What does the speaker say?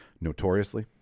notoriously